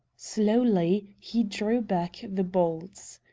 slowly he drew back the bolts.